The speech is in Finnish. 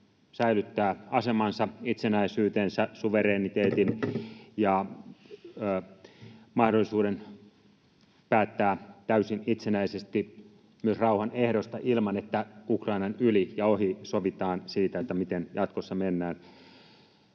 säilyttää asemansa, itsenäisyytensä, suvereniteettinsa ja mahdollisuuden päättää täysin itsenäisesti myös rauhan ehdoista ilman, että Ukrainan yli ja ohi sovitaan siitä, miten jatkossa mennään.